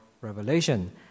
Revelation